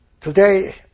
Today